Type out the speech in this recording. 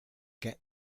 get